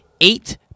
eight